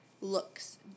looks